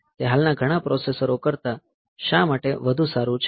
તે હાલના ઘણા પ્રોસેસરો કરતાં શા માટે વધુ સારું છે